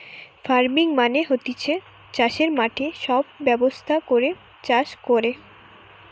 farming মানে হতিছে চাষের মাঠে সব ব্যবস্থা করে চাষ কোরে